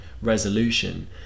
resolution